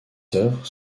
œuvres